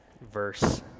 verse